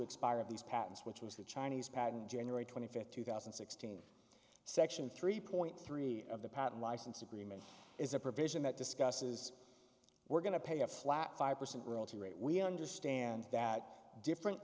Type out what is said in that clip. expire of these patents which was the chinese patent january twenty fifth two thousand and sixteen section three point three of the patent license agreement is a provision that discusses we're going to pay a flat five percent royalty rate we understand that different